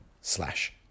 slash